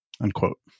Unquote